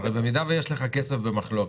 הרי במידה שיש לך כסף במחלוקת,